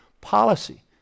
policy